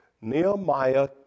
Nehemiah